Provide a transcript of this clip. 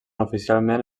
oficialment